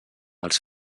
els